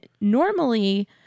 normally